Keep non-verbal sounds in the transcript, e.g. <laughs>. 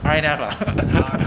R_N_F lah <laughs>